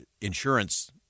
insurance